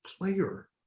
player